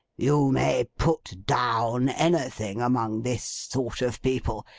you may put down anything among this sort of people,